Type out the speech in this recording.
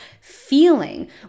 feeling